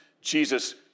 Jesus